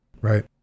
Right